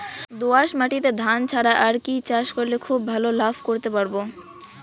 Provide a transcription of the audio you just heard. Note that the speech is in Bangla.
দোয়াস মাটিতে ধান ছাড়া আর কি চাষ করলে খুব ভাল লাভ করতে পারব?